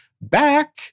back